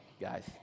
guys